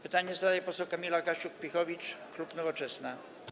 Pytanie zadaje poseł Kamila Gasiuk-Pihowicz, klub Nowoczesna.